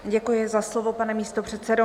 Děkuji za slovo, pane místopředsedo.